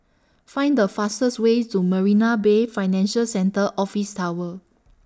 Find The fastest Way to Marina Bay Financial Centre Office Tower